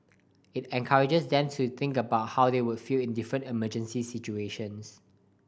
it encourages them to think about how they would feel in different emergency situations